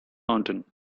mountain